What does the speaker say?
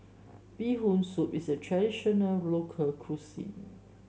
Bee Hoon Soup is a traditional local cuisine